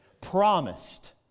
promised